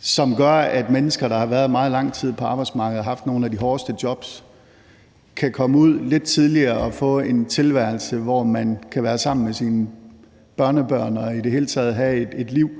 som gør, at mennesker, der har været meget lang tid på arbejdsmarkedet og haft nogle af de hårdeste jobs, kan komme lidt tidligere ud og få en tilværelse, hvor de kan være sammen med deres børnebørn og i det hele taget have et liv,